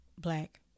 black